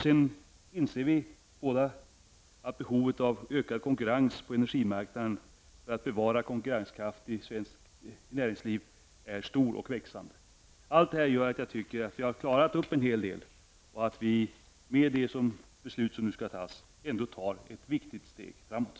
Vi inser att behovet av ökad konkurrens på energimarknaden, för att bevara konkurrenskraften i svenskt näringsliv, är stort och växande. Allt detta gör att jag anser att vi har löst en hel del problem och att vi med det beslut som nu skall fattas ändå tar ett viktigt steg framåt.